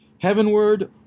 Heavenward